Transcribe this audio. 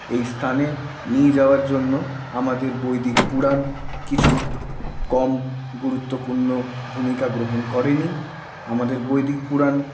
এই স্থানে নিয়ে যাওয়ার জন্য আমাদের বৈদিক পুরাণ কিছু কম গুরুত্বপূর্ণ ভূমিকা গ্রহণ করেনি আমাদের বৈদিক পুরাণ